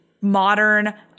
modern